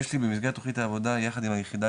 יש לי במסגרת תוכנית העבודה יחד עם היחידה